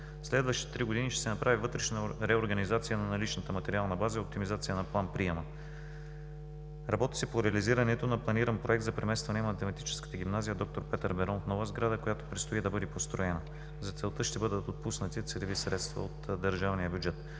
следващите три години ще се направи вътрешна реорганизация на наличната материална база и оптимизация на план-приема. Работи се по реализирането на планиран проект за преместване на Математическата гимназия „Д-р Петър Берон“ в нова сграда, която предстои да бъде построена. За целта ще бъдат отпуснати целеви средства от държавния бюджет.